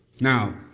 Now